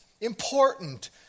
important